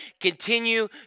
Continue